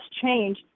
change